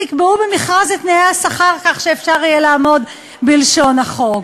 תקבעו במכרז את תנאי השכר כך שאפשר יהיה לעמוד בלשון החוק.